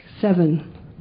seven